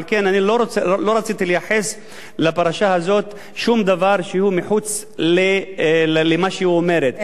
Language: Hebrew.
על כן אני לא רציתי לייחס לפרשה הזאת שום דבר שהוא מחוץ למה שהיא אומרת,